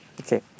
Okay